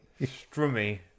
Strummy